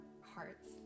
hearts